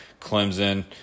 Clemson